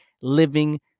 living